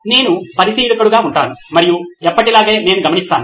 నేను పరిశీలకుడిగా ఉంటాను మరియు ఎప్పటిలాగే నేను గమనిస్తాను